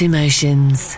Emotions